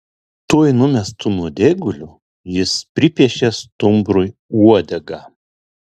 tuoj numestu nuodėguliu jis pripiešė stumbrui uodegą